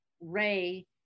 Ray